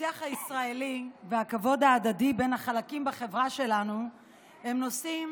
השיח הישראלי והכבוד ההדדי בין החלקים בחברה שלנו הם נושאים